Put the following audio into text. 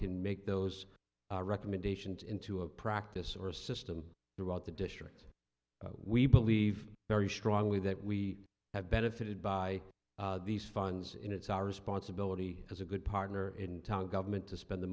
can make those recommendations into a practice or a system throughout the district we believe very strongly that we have benefited by these funds and it's our responsibility as a good partner in town government to spend the